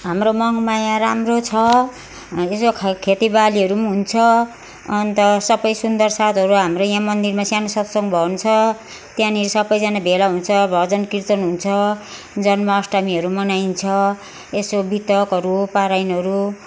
हाम्रो मङमाया राम्रो छ यसो खेतीबालीहरू पनि हुन्छ अन्त सबै सुन्दर साथहरू हाम्रो यहाँ मन्दिरमा सानो सत्सङ्ग भवन छ त्यहाँनेरि सबैजना भेला हुन्छ भजन कीर्तन हुन्छ जन्माष्टमीहरू पनि मनाइन्छ यसो बितकहरू पाराइनहरू